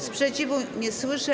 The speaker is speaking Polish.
Sprzeciwu nie słyszę.